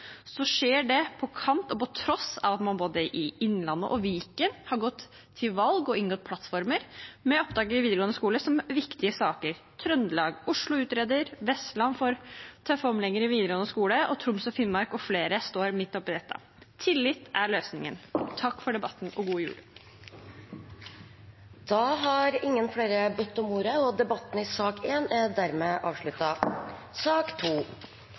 skjer det på kant med og på tross av at man i både Innlandet og Viken har gått til valg og inngått plattformer med opptak til videregående skole som en viktig sak. Trøndelag og Oslo utreder, Vestland får tøffe omlegginger i videregående skole, og Troms og Finnmark og flere står midt oppi dette. Tillit er løsningen. Takk for debatten og god jul! Flere har ikke bedt om ordet til sak nr. 1. Etter ønske fra utdannings- og